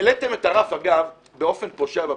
העליתם את הרף, אגב, באופן פושע ואבסורדי.